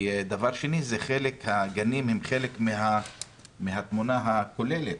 דבר שני, הגנים הם חלק מהתמונה הכוללת